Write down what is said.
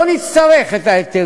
לא נצטרך את ההיטל,